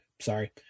sorry